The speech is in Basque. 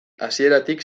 hasieratik